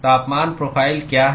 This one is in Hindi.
तापमान प्रोफ़ाइल क्या है